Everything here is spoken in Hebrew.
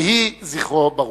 יהי זכרו ברוך.